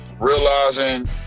Realizing